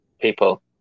people